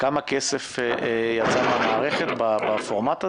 כמה כסף יצא מהמערכת בפורמט הזה?